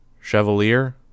Chevalier